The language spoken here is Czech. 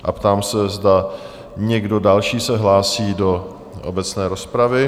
A ptám se, zda někdo další se hlásí do obecné rozpravy?